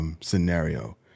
scenario